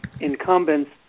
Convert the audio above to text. incumbents